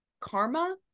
karma